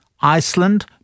Iceland